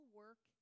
work